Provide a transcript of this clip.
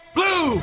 Blue